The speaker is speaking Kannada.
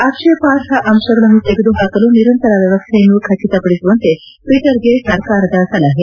ಆಕ್ಷೇಪಾರ್ಹ ಅಂಶಗಳನ್ನು ತೆಗೆದುಹಾಕಲು ನಿರಂತರ ವ್ಯವಸ್ಲೆಯನ್ನು ಖಚಿತಪಡಿಸುವಂತೆ ಟ್ಲಿಟ್ಟರ್ಗೆ ಸರ್ಕಾರದ ಸಲಹೆ